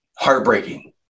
Heartbreaking